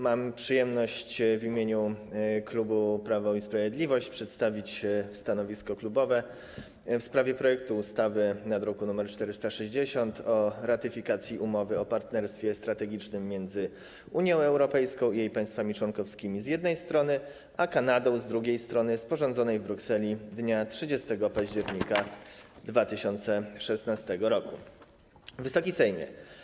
Mam przyjemność w imieniu Klubu Prawo i Sprawiedliwość przedstawić stanowisko klubowe w sprawie projektu ustawy z druku nr 460 o ratyfikacji umowy o partnerstwie strategicznym między Unią Europejską i jej państwami członkowskimi, z jednej strony, a Kanadą, z drugiej strony, sporządzonej w Brukseli dnia 30 października 2016 r. Wysoki Sejmie!